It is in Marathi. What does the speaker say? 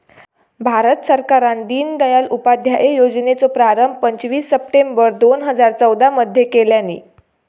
भारत सरकारान दिनदयाल उपाध्याय योजनेचो प्रारंभ पंचवीस सप्टेंबर दोन हजार चौदा मध्ये केल्यानी